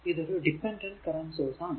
ഇതൊരു dependent current source ആണ്